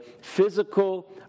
physical